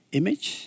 image